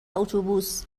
اتوبوس